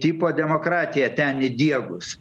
tipo demokratiją ten įdiegus